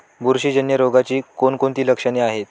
बुरशीजन्य रोगाची कोणकोणती लक्षणे आहेत?